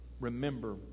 remember